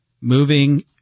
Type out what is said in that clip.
moving